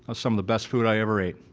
ah some of the best food i ever ate.